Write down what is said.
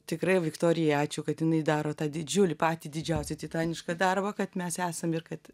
tikrai viktorija ačiū kad jinai daro tą didžiulį patį didžiausią titanišką darbą kad mes esam ir kad